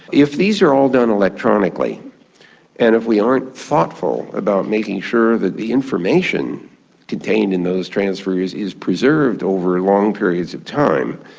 if these are all done electronically and if we aren't thoughtful about making sure that the information contained in those transfers is preserved over long periods of time,